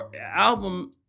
album